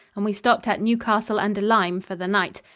and we stopped at newcastle-under-lyme for the night.